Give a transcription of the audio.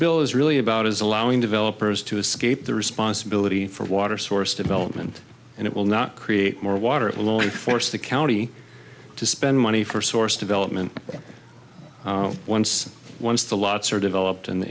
bill is really about is allowing developers to escape the responsibility for water source development and it will not create more water it will only force the county to spend money for source development once once the lots are developed